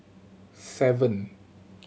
seven